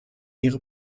ihre